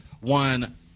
one